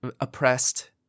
oppressed